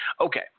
Okay